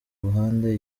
ruhande